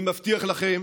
אני מבטיח לכם